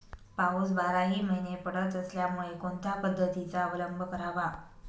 पाऊस बाराही महिने पडत असल्यामुळे कोणत्या पद्धतीचा अवलंब करावा?